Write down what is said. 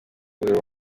uri